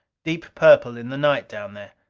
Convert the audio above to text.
deep purple in the night down there.